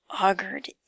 augured